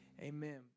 amen